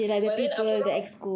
but then after all